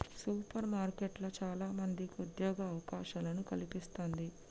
super మార్కెట్లు చాల మందికి ఉద్యోగ అవకాశాలను కల్పిస్తంది